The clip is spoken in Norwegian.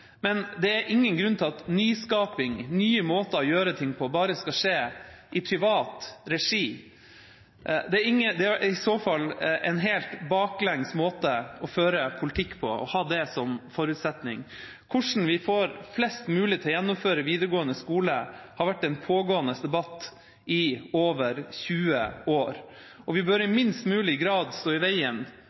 men det er ingen grunn til at nyskaping, nye måter å gjøre ting på, bare skal skje i privat regi. Det er i så fall en baklengs måte å føre politikk på å ha det som forutsetning. Hvordan vi får flest mulig til å gjennomføre videregående skole, har vært en pågående debatt i over 20 år, og vi bør i minst mulig grad stå i veien